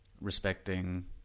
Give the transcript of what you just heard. respecting